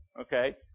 Okay